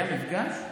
היה מפגש?